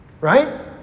right